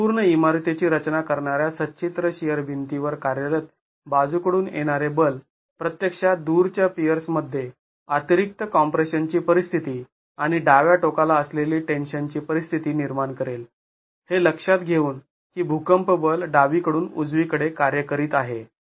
संपूर्ण इमारतीची रचना करणाऱ्या सच्छिद्र शिअर भिंतीवर कार्यरत बाजू कडून येणारे बल प्रत्यक्षात दूरच्या पियर्समध्ये अतिरिक्त कॉम्प्रेशनची परिस्थिती आणि डाव्या टोकाला असलेली टेन्शनची परिस्थिती निर्माण करेल हे लक्षात घेऊन की भूकंप बल डावीकडून उजवीकडे कार्य करीत आहे